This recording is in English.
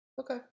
Okay